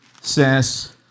says